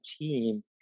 team